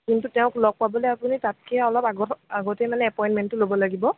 কিন্তু তেওঁক লগ পাবলৈ আপুনি তাতকৈ অলপ আগত আগতে মানে এপইণ্টমেণ্টটো ল'ব লাগিব